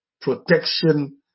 protection